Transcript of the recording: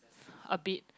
a bit